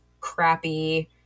crappy